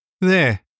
There